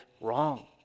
wrong